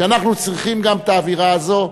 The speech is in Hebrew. שאנחנו צריכים גם את האווירה הזו?